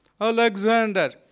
Alexander